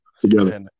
together